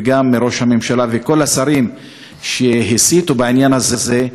וגם מראש הממשלה ומכל השרים שהסיתו בעניין הזה,